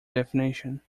definition